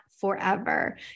forever